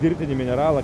dirbtinį mineralą